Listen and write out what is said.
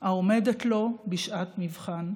העומדת לו בשעת מבחן".